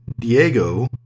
Diego